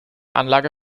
anlage